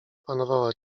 panowała